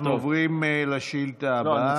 אנחנו עוברים לשאילתה הבאה.